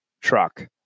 truck